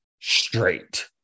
straight